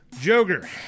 Joker